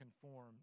conform